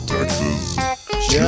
Texas